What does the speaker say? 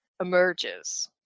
emerges